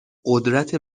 قدرت